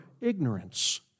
ignorance